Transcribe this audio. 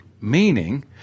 Meaning